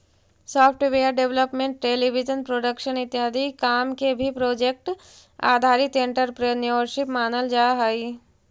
software development television production इत्यादि काम के भी प्रोजेक्ट आधारित एंटरप्रेन्योरशिप मानल जा हई